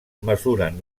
mesuren